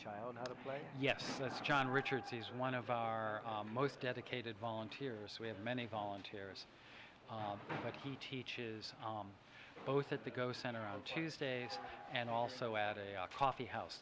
child how to play yes that's john richards he's one of our most dedicated volunteers we have many volunteers but he teaches both at the go center on tuesdays and also at a coffee house